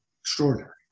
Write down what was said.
Extraordinary